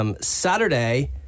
Saturday